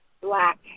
Black